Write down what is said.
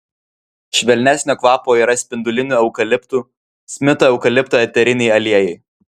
švelnesnio kvapo yra spindulinių eukaliptų smito eukalipto eteriniai aliejai